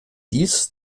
dies